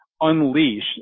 unleash